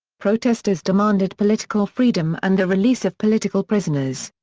protestors demanded political freedom and the release of political prisoners.